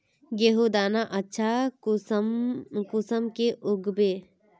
गेहूँर दाना अच्छा कुंसम के उगबे?